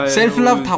Self-love